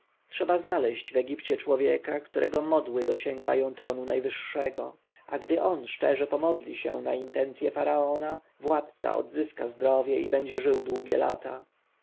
trzeba znaleźć w egipcie człowieka którego modły dosięgają tronu najwyższego a gdy on szczerze pomodli się na intencję faraona władca odzyska zdrowie i będzie żył długie lata